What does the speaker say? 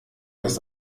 das